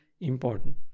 important